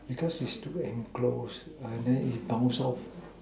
because is too enclosed and then it booms out